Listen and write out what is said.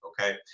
okay